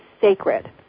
sacred